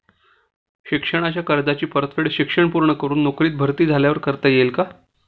शिक्षणाच्या कर्जाची परतफेड शिक्षण पूर्ण करून नोकरीत भरती झाल्यावर करता येईल काय?